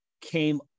came